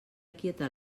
quieta